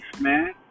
man